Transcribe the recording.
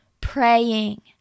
Praying